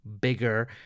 bigger